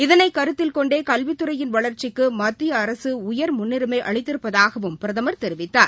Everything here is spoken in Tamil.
இதனை கருத்தில் கொண்டே கல்வித்துறையின் வளர்ச்சிக்கு மத்திய அரசு உயர் முன்னுரிமை அளித்திருப்பதாகவம் பிரதமர் தெரிவித்தார்